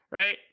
right